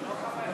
לא חבר.